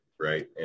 right